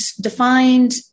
defined